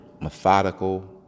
methodical